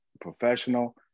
professional